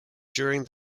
during